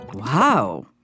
Wow